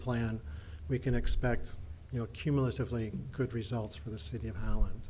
plan we can expect you know cumulatively good results for the city